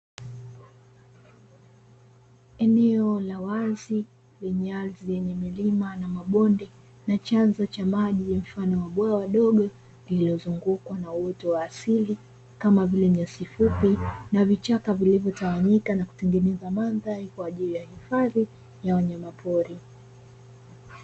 Eneo la wazi lenye ardhi yenye milima na mabonde na chanzo cha maji mfano wa bwawa dogo, lililozungukwa na uoto wa asili kama vile nyasi fupi na vichaka vilivyotawanyika na kutengeneza mandhari kwa ajili ya hifadhi ya wanyamapori.